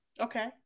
Okay